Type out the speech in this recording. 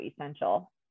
essential